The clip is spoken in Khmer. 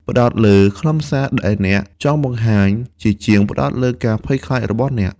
ផ្តោតលើខ្លឹមសារដែលអ្នកចង់បង្ហាញ ជាជាងផ្តោតលើការភ័យខ្លាចរបស់អ្នក។